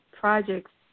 projects